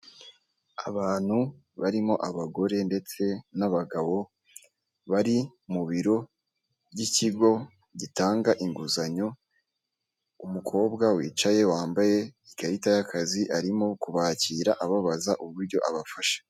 Abantu barimo abagore ndetse n'abagabo bari mu biro by'ikigo gitanga inguzanyo umukobwa wicaye wambaye ikarita y'akazi arimo kubakira ababaza uburyo abafasha .